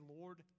Lord